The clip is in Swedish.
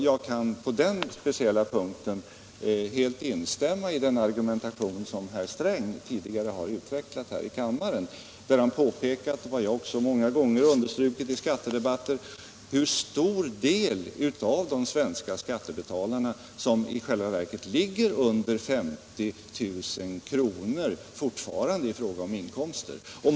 Jag kan på den speciella punkten helt instämma i den argumentation som herr Sträng tidigare har utvecklat här i kammaren, där han påpekat vad jag också många gånger har understrukit i skattedebatter, nämligen hur stor del av de svenska skattebetalarna som i själva verket fortfarande ligger under 50 000 kr. i inkomster.